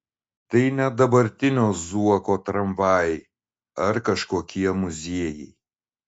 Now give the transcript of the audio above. tai ne dabartinio zuoko tramvajai ar kažkokie muziejai